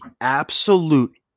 absolute